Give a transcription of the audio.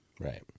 Right